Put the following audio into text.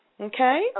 okay